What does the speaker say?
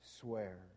swear